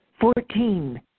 fourteen